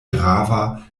grava